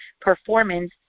performance